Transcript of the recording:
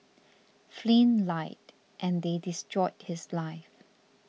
Flynn lied and they destroyed his life